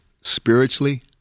spiritually